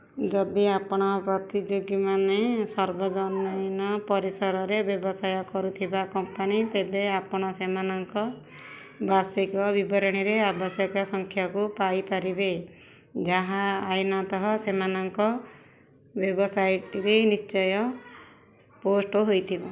ଯଦି ଆପଣଙ୍କ ପ୍ରତିଯୋଗୀମାନେ ସର୍ବଜନୀନ ପରିସରରେ ବ୍ୟବସାୟ କରୁଥିବା କମ୍ପାନୀ ତେବେ ଆପଣ ସେମାନଙ୍କ ବାର୍ଷିକ ବିବରଣୀରେ ଆବଶ୍ୟକ ସଂଖ୍ୟାକୁ ପାଇପାରିବେ ଯାହା ଆଇନତଃ ସେମାନଙ୍କ ୱେବସାଇଟ୍ରେ ନିଶ୍ଟୟ ପୋଷ୍ଟ ହୋଇଥିବ